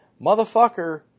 Motherfucker